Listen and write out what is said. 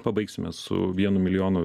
pabaigsime su vienu milijonu